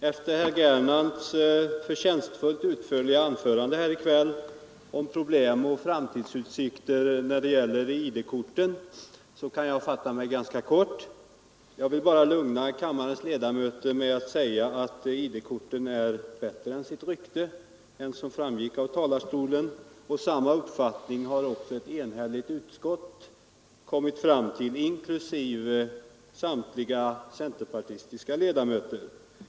Herr talman! Efter herr Gernandts förtjänstfullt utförliga anförande här i kväll om problem och framtidsutsikter när det gäller ID-korten kan jag fatta mig ganska kort. Jag vill bara lugna kammarens ledamöter med att säga att ID-korten är bättre än sitt rykte och bättre än vad som framgick av det som nyss sades från talarstolen. Samma uppfattning har också ett enhälligt utskott kommit fram till, inklusive samtliga centerpartistiska ledamöter.